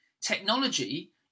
technology